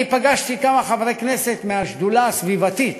אני פגשתי כמה חברי כנסת מהשדולה הסביבתית,